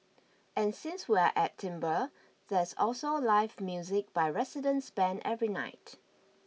and since we're at Timbre there's also live music by residents bands every night